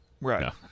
Right